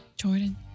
Jordan